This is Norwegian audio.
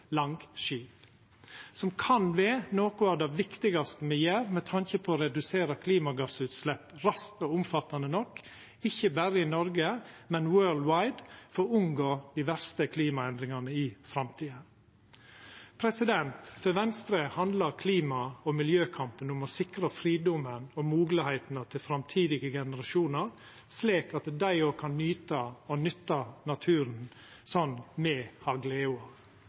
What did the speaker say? som kan vera noko av det viktigaste me gjer med tanke på å redusera klimagassutslepp raskt og omfattande nok, ikkje berre i Noreg, men «world wide», for å unngå dei verste klimaendringane i framtida. For Venstre handlar klima- og miljøkampen om å sikra fridomen og moglegheitene for framtidige generasjonar, slik at dei òg kan nyta og nytta naturen, slik me har glede av.